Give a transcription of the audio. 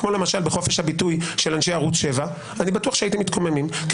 כמו למשל בחופש הביטוי של אנשי ערוץ 7 אני בטוח שהייתם מתקוממים כי